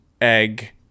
egg